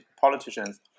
politicians